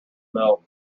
milk